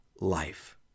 life